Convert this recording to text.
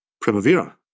Primavera